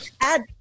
add